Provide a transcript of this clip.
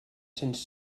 cents